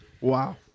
Wow